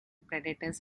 predators